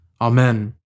Amen